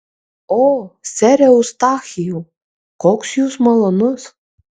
o sere eustachijau koks jūs malonus